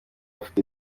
ufata